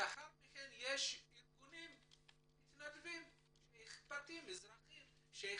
לאחר מכן יש ארגונים מתנדבים של אזרחים אכפתיים.